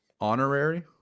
Honorary